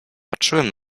patrzyłem